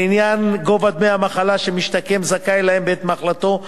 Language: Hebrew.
לעניין גובה דמי המחלה שמשתקם זכאי להם בעת מחלתו,